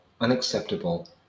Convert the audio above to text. unacceptable